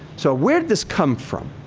so, where did this come from?